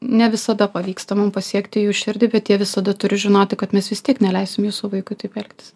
ne visada pavyksta mum pasiekti jų širdį bet jie visada turi žinoti kad mes vis tiek neleisim jūsų vaikui taip elgtis